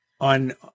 on